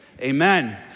Amen